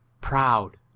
proud